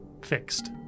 fixed